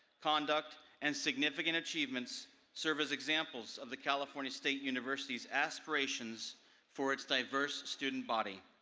conduct, and significant achievements serve as examples of the california state university's aspirations for its diverse student body.